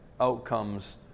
outcomes